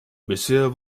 bisher